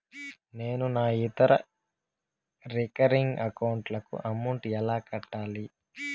నేను నా ఇతర రికరింగ్ అకౌంట్ లకు అమౌంట్ ఎలా కట్టాలి?